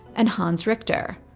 and hans richter,